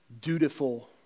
dutiful